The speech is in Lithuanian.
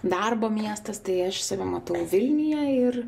darbo miestas tai aš save matau vilniuje ir